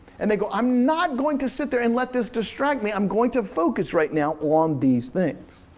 and they go, i'm not going to sit there and let this distract me. i'm going to focus right now on these things.